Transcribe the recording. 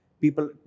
people